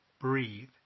breathe